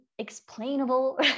explainable